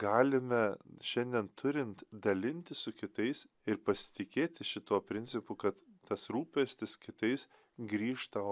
galime šiandien turint dalintis su kitais ir pasitikėti šituo principu kad tas rūpestis kitais grįžta o